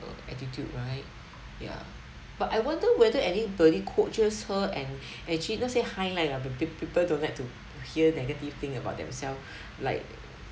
uh attitude right ya but I wonder whether anybody coaches her and and actually not say highlight lah but pe~ people don't like to hear negative thing about themself like